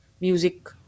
music